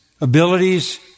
abilities